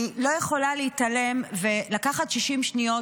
אני לא יכולה להתעלם ולקחת 60 שניות